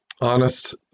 honest